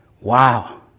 Wow